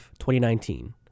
2019